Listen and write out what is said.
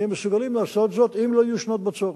נהיה מסוגלים לעשות זאת אם לא יהיו שנות בצורת.